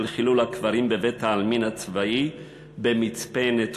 חילול הקברים בבית-העלמין הצבאי במצפה-נטופה,